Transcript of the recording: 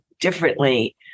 differently